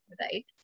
right